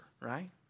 right